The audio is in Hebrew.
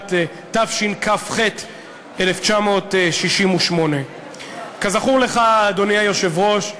משנת תשכ"ח 1968. כזכור לך, אדוני היושב-ראש,